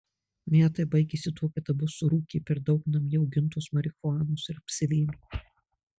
metai baigėsi tuo kad abu surūkė per daug namie augintos marihuanos ir apsivėmė